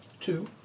two